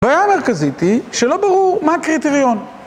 הבעיה המרכזית היא שלא ברור מה הקריטריון